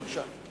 בבקשה,